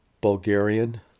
Bulgarian